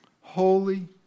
holy